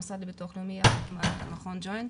המוסד לביטוח לאומי עשה עם מכון ג'וינט